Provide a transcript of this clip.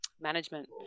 management